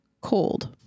cold